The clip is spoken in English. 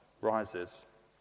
rises